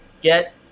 get